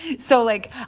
so, like,